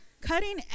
Cutting